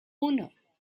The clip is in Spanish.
uno